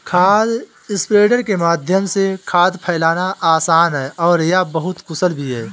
खाद स्प्रेडर के माध्यम से खाद फैलाना आसान है और यह बहुत कुशल भी है